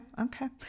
okay